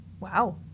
Wow